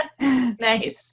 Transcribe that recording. Nice